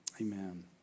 Amen